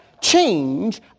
change